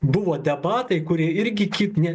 buvo debatai kurie irgi kit ne